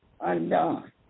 undone